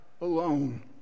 alone